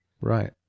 Right